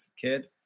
kid